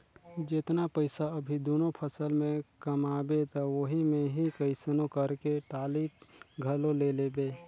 जेतना पइसा अभी दूनो फसल में कमाबे त ओही मे ही कइसनो करके टाली घलो ले लेबे